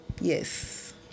yes